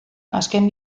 azken